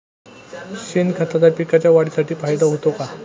शेणखताचा पिकांच्या वाढीसाठी फायदा होतो का?